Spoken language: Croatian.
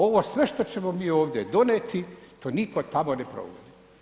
Ovo sve što ćemo mi ovdje donijeti to nitko tamo ne provodi.